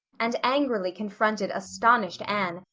and angrily confronted astonished anne,